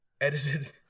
edited